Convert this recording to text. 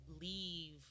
leave